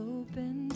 open